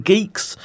Geeks